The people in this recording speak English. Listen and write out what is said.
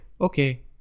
okay